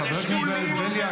חבר הכנסת בליאק?